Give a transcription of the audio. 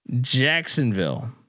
Jacksonville